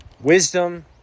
wisdom